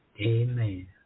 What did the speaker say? Amen